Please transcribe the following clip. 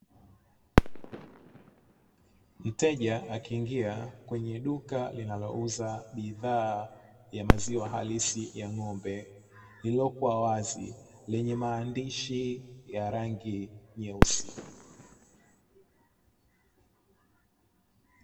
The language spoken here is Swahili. Mteja akiingia kwenye duka linalouza bidhaa ya maziwa halisi ya ng'ombe iliyokuwa wazi, lenye maandishi ya rangi nyeusi.